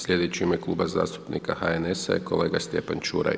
Sljedeći u ime Kluba zastupnika HNS-a je kolega Stjepan Ćuraj.